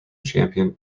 champion